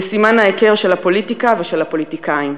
לסימן ההיכר של הפוליטיקה ושל הפוליטיקאים.